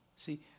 See